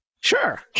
Sure